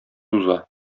уза